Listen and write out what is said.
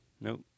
Nope